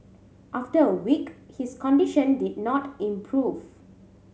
after a week his condition did not improve